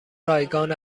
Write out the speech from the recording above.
رایگان